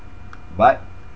but